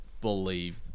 believe